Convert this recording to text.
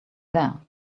there